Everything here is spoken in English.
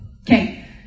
Okay